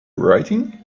writing